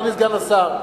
אדוני סגן השר,